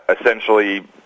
essentially